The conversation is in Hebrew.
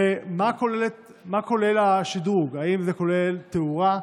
ומה כולל השדרוג, האם זה כולל תאורה?